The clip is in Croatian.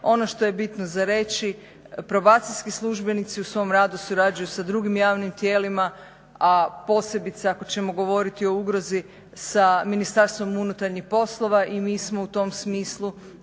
Ono što je bitno za reći, probacijski službenici u svom radu surađuju sa drugim javnim tijelima, a posebice ako ćemo govoriti o ugrozi sa MUP-a i mi smo u tom smislu